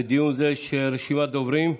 לדיון זה יש רשימת דוברים.